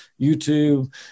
YouTube